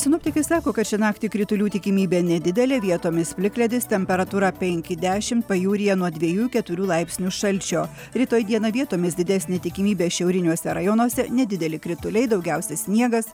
sinoptikai sako kad šią naktį kritulių tikimybė nedidelė vietomis plikledis temperatūra penki dešim pajūryje nuo dviejų keturių laipsnių šalčio rytoj dieną vietomis didesnė tikimybė šiauriniuose rajonuose nedideli krituliai daugiausia sniegas